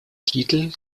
titel